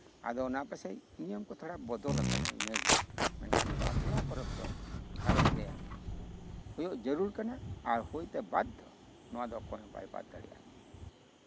ᱟᱫᱚ ᱚᱱᱟ ᱯᱟᱥᱮᱡ ᱱᱤᱭᱚᱢ ᱠᱚ ᱛᱷᱚᱲᱟ ᱵᱚᱫᱚᱞ ᱟᱠᱟᱱᱟ ᱱᱤᱭᱟᱹᱜᱮ ᱢᱮᱱᱠᱷᱟᱱ ᱵᱟᱯᱞᱟ ᱯᱚᱨᱚᱵᱽ ᱫᱚ ᱜᱷᱟᱨᱚᱸᱧᱡᱽᱨᱮ ᱦᱩᱭᱩᱜ ᱡᱟᱹᱨᱩᱲ ᱠᱟᱱᱟ ᱟᱨ ᱦᱩᱭᱛᱮ ᱵᱟᱫᱽᱫᱷᱚ ᱱᱚᱣᱟ ᱫᱚ ᱚᱠᱚᱭ ᱦᱚᱸᱵᱟᱭ ᱵᱟᱫ ᱫᱟᱲᱮᱭᱟᱜᱼᱟ